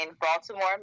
Baltimore